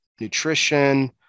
nutrition